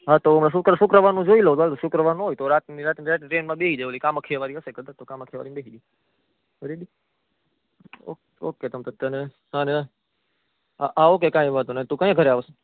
હા તો આમેય શુક્રવારનું જોઈ લઉં તો હાલ શુક્રવારનું હોય તો રાતની રાતની રાતની ટ્રેનમાં બેસી જઈએ ઓલી કામખ્યા વાળી હશે કદાચ તો કામખ્યા વાળીમાં બેસી જઈએ તો રેડી ઓકે ઓકે તમ તારે તણે અને હા હા ઓકે કંઈ વાંધો નહીં તું ક્યારે ઘરે આવે છે